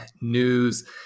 news